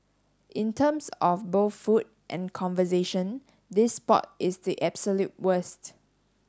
in terms of both food and conversation this spot is the absolute worst